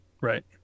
Right